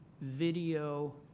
video